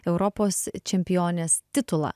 europos čempionės titulą